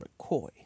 mccoy